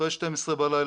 אחרי 12 בלילה,